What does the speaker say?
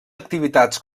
activitats